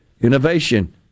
innovation